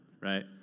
right